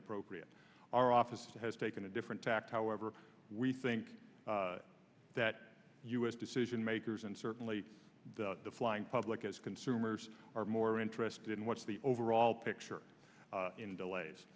appropriate our office has taken a different tact however we think that u s decision makers and certainly the flying public as consumers are more interested in what's the overall picture in delays